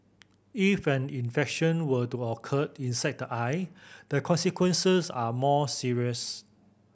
if an infection were to occured inside the eye the consequences are more serious